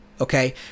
Okay